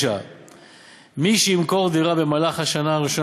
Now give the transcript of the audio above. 9. מי שימכור דירה במהלך השנה הראשונה